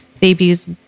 babies